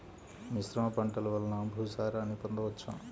మిశ్రమ పంటలు వలన భూసారాన్ని పొందవచ్చా?